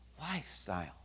lifestyle